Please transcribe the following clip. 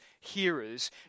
hearers